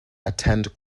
attend